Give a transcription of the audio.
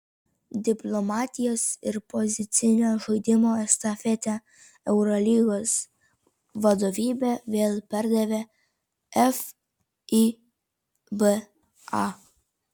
diplomatijos ir pozicinio žaidimo estafetę eurolygos vadovybė vėl perdavė fiba